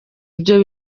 ibyo